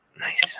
Nice